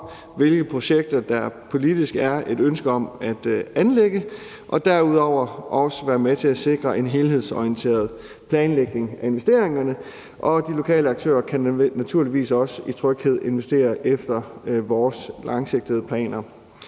hvilke projekter der politisk er et ønske om at anlægge. Derudover kan det også være med til at sikre en helhedsorienteret planlægning af investeringerne. Og de lokale aktører kan naturligvis også i tryghed investere efter vores langsigtede planer.